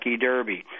Derby